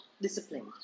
discipline